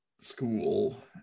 school